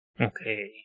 Okay